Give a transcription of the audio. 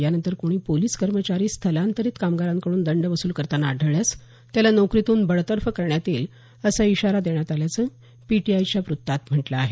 यानंतर कोणी पोलिस कर्मचारी स्थलांतरित कामगारांकडून दंड वसूल करताना आढळल्यास त्याला नोकरीतून बडतर्फ करण्यात येईल असा इशारा देण्यात आल्यावं पीटीआयच्या व्रत्तात म्हटलं आहे